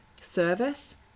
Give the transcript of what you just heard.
service